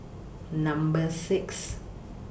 Number six